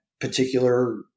particular